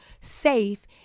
safe